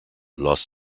los